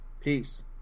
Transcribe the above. Peace